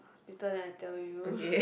later then I tell you